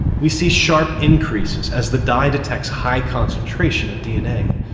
we see sharp increases as the dye detects high concentration of dna,